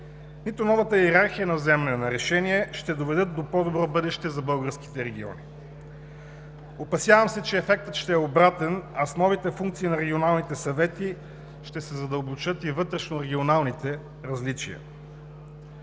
нито новата йерархия на вземане на решение ще доведат до по-добро бъдеще за българските региони. Опасявам се, че ефектът ще е обратен, а с новите функции на регионалните съвети ще се задълбочат и вътрешнорегионалните различия.